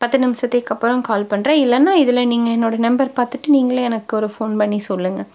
பத்து நிமிஷத்துக்கு அப்புறோம் கால் பண்ணுறேன் இல்லைனா இதில் நீங்கள் என்னோட நம்பர் பார்த்துட்டு நீங்களே எனக்கு ஒரு ஃபோன் பண்ணி சொல்லுங்க